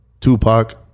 tupac